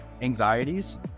anxieties